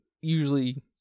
usually